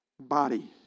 body